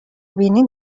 بینی